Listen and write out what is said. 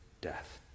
death